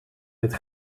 dit